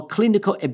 Clinical